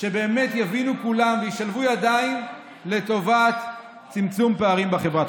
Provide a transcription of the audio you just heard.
שבאמת יבינו כולם וישלבו ידיים לטובת צמצום פערים בחברה.